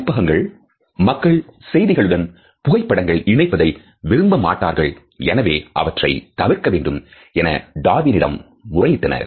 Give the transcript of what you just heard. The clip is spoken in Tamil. பதிப்பகங்கள் மக்கள் செய்திகளுடன் புகைப்படங்கள் இணைப்பதை விரும்பமாட்டார்கள் எனவே அவற்றை தவிர்க்க வேண்டும் என டார்வின் இடம் முறையிட்டனர்